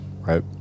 right